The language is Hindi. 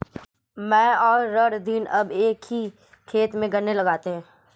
मैं और रणधीर अब एक ही खेत में गन्ने लगाते हैं